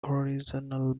original